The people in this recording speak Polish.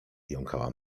jąkała